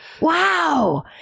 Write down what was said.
wow